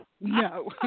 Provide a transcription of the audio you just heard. No